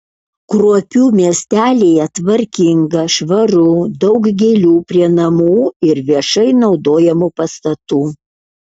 kruopių miestelyje tvarkinga švaru daug gėlių prie namų ir viešai naudojamų pastatų